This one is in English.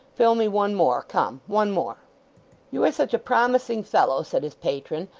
fill me one more. come. one more you are such a promising fellow said his patron,